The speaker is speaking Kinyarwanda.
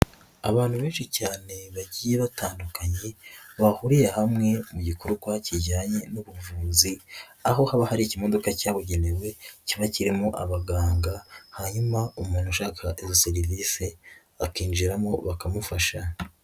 Abantu benshi cyane bagiye batandukanye, bahuriye hamwe mu gikorwa kijyanye n'ubuvuzi aho haba hari ikimodoka cyabugenewe kiba kirimo abaganga hanyuma umuntu ushaka izo serivise akinjiramo bakamufasha.